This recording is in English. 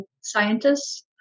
scientists